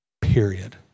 period